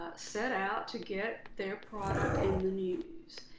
set out to get their product in the news,